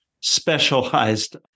specialized